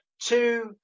two